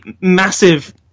massive